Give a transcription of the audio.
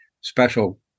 special